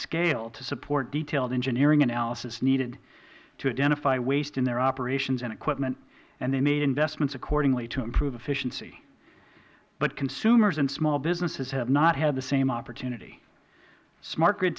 scale to support detailed engineering analysis needed to identify waste in their operations and equipment and they made investments accordingly to improve efficiency but consumers and small businesses have not had the same opportunity smart g